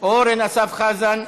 אורן אסף חזן,